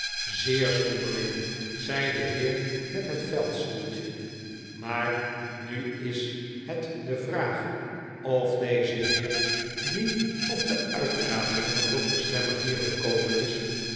zeer zonderling zei de heer met het veldstoeltje maar nu is het de vraag of deze heer die op de uitdaging van dokter slammer hier gekomen is